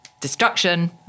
destruction